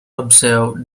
observe